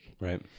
right